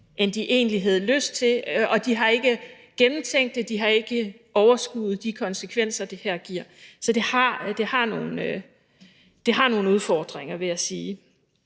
end de egentlig havde lyst til; de har ikke gennemtænkt det, og de kan ikke overskue de konsekvenser, som det her medfører. Så der er nogle udfordringer, og hvis